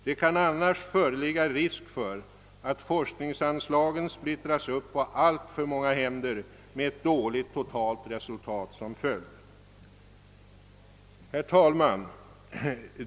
Det kan annars föreligga risk för att forskningsanslagen splittras upp på alltför många händer med ett dåligt totalt resultat som följd. Herr talman!